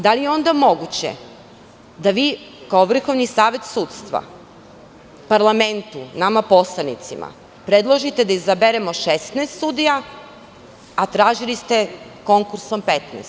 Da li je onda moguće da vi kao Vrhovni savet sudstva parlamentu, nama poslanicima, predložite da izaberemo 16 sudija, a tražili ste konkursom 15?